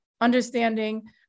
understanding